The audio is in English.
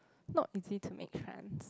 not easy to make friends